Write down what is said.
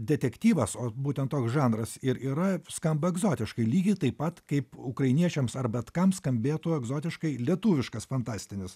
detektyvas o būtent toks žanras ir yra skamba egzotiškai lygiai taip pat kaip ukrainiečiams ar bet kam skambėtų egzotiškai lietuviškas fantastinis